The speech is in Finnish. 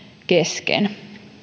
kesken